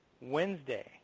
Wednesday